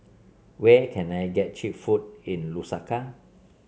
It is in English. where can I get cheap food in Lusaka